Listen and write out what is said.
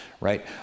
right